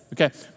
okay